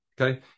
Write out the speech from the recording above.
Okay